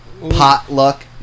Potluck